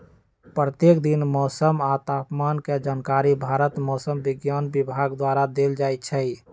प्रत्येक दिन मौसम आ तापमान के जानकारी भारत मौसम विज्ञान विभाग द्वारा देल जाइ छइ